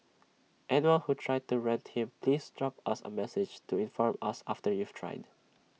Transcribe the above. anyone who tried to rent him please drop us A message to inform us after you've tried